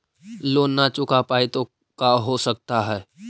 Loan न चुका पाई तो का हो सकता है?